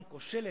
כתוצאה